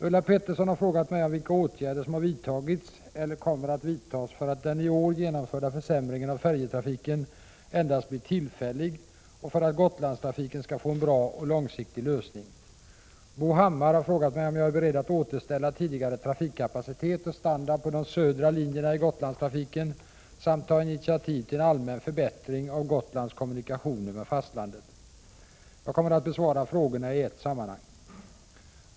Ulla Pettersson har frågat mig om vilka åtgärder som har vidtagits eller kommer att vidtas för att den i år genomförda försämringen i färjetrafiken endast blir tillfällig och för att Gotlandstrafiken skall få en bra och långsiktig lösning. Bo Hammar har frågat mig om jag är beredd att återställa tidigare trafikkapacitet och standard på de södra linjerna i Gotlandstrafiken samt ta initiativ till en allmän förbättring av Gotlands kommunikationer med fastlandet. Jag kommer att besvara frågorna i ett sammanhang.